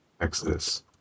Exodus